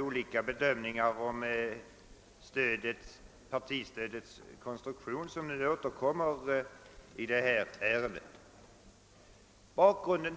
olika bedömningar av partistödets konstruktion. De bedömningarna återkommer nu vid behandlingen av detta ärende.